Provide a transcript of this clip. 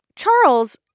Charles